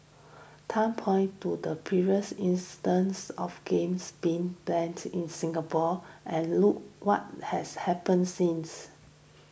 Tan pointed to previous instances of games being banned in Singapore and look what has happened since